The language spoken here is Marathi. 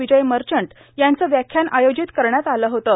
विजय मर्घट यांचा व्याख्यान आयोजित करण्यात आलं होतं